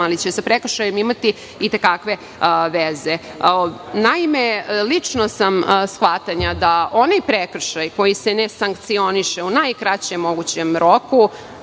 ali će sa prekršajem imati i te kakve veze. Naime, lično sam shvatanja da onaj prekršaj koji se ne sankcioniše u najkraćem mogućem roku